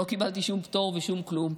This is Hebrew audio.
לא קיבלתי שום פטור ושום כלום,